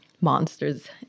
monsters